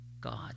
God